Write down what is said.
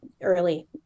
early